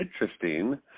interesting